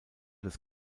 des